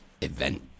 event